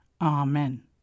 Amen